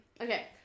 Okay